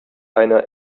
einer